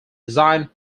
design